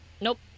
Nope